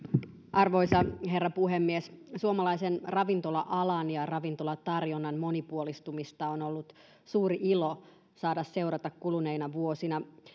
arvoisa herra puhemies suomalaisen ravintola alan ja ravintolatarjonnan monipuolistumista on on ollut suuri ilo saada seurata kuluneina vuosina